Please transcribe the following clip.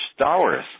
Stowers